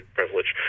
privilege